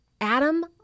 Adam